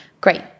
great